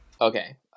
okay